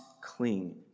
cling